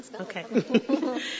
Okay